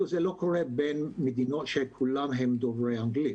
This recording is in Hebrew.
זה לא קורה אפילו בין מדינות שהן כולן דוברות אנגלית,